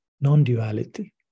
non-duality